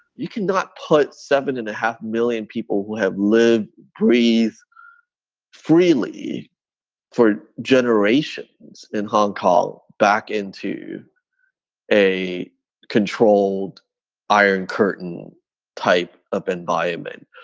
you cannot put seven and a half million people who have live, breathe freely for generations in hong kong back into a controlled iron curtain type of environment.